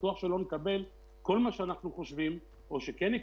ובטוח שלא נקבל כל מה שאנחנו חושבים והצגנו